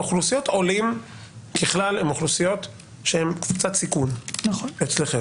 אוכלוסיות עולים ככלל הן אוכלוסיות שהן קבוצת סיכון אצלכם.